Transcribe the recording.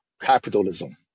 capitalism